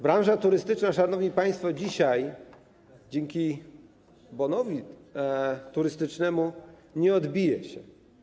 Branża turystyczna, szanowni państwo, dzisiaj dzięki bonowi turystycznemu nie odbije się.